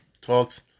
talks